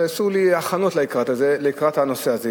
עשו לי הכנות לקראת הנושא הזה.